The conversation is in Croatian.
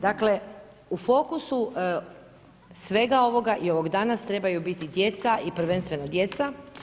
Dakle, u fokusu svega ovoga i ovog danas, trebaju biti djeca i prvenstveno djeca.